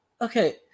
Okay